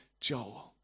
Joel